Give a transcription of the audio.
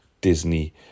Disney